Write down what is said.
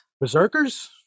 Berserkers